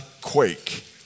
quake